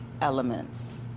elements